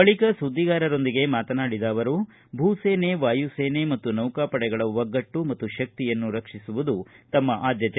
ಬಳಿಕ ಸುದ್ದಿಗಾರರೊಂದಿಗೆ ಮಾತನಾಡಿದ ಅವರು ಭೂಸೇನೆ ವಾಯುಸೇನೆ ಮತ್ತು ನೌಕಾಪಡೆಗಳ ಒಗ್ಗಟ್ಟು ಮತ್ತು ಶಕ್ತಿಯನ್ನು ರಕ್ಷಿಸುವುದು ತಮ್ಮ ಆದ್ದತೆ